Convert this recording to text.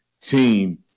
team